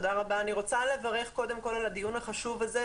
אני רוצה לברך קודם כל על הדיון החשוב הזה.